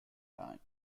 time